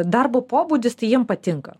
darbo pobūdis tai jiem patinka